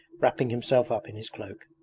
wrapping himself up in his cloak.